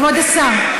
כבוד השר,